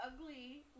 ugly